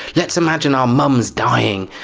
let's imagine our mums dying.